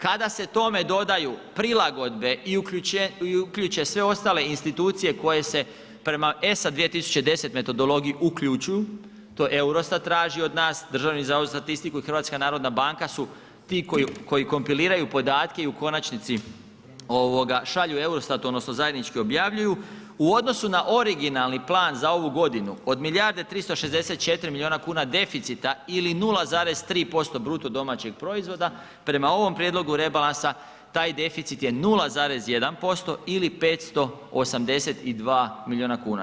Kada se tome dodaju prilagodbe i uključe sve ostale institucije koje se prema ESA 2010. metodologiji uključuju, to EUROSTAT traži od nas, Državni zavod za statistiku i HNB su ti koji kompiliraju podatke i u konačnici ovoga šalju EUROSTAT-u odnosno zajednički objavljuju, u odnosu na originalni plan za ovu godinu od milijarde 364 miliona kuna deficita ili 0,3% bruto domaćeg proizvoda, prema ovom prijedlogu rebalansa taj deficit je 0,1% ili 582 miliona kuna.